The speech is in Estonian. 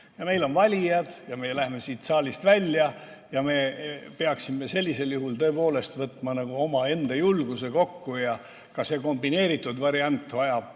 Meil on valijad ja me lähme siit saalist välja ja me peaksime sellisel juhul tõepoolest võtma nagu omaenda julguse kokku. Ka see kombineeritud variant vajab